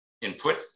input